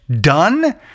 done